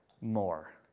more